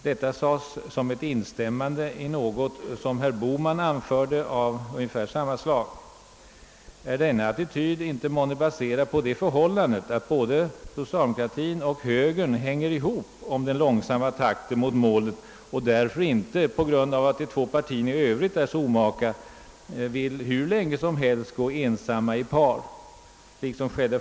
Detta sades som ett instämmande i något som herr Bohman hade anfört av ungefär samma innebörd, Är denna attityd månne inte baserad på det förhållandet att socialdemokratin och högern hänger ihop om den långsamma takten mot målet och inte — eftersom de två partierna i övrigt är så omaka — vill gå i par hur länge som helst? Man kan undra!